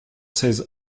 seize